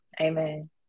Amen